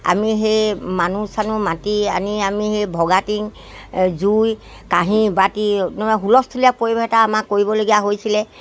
আমি সেই মানুহ চানুহ মাতি আনি আমি সেই ভঙা টীং জুই কাঁহী বাটি হুলস্থূলীয়া পৰিৱেশ এটা আমাক কৰিবলগীয়া হৈছিলে